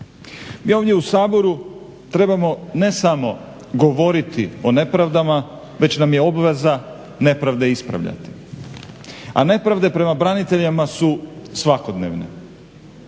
Mi ovdje u Saboru trebamo ne samo govoriti o nepravdama, već nam je obveza nepravde ispravljati, a nepravde prema braniteljima su svakodnevne.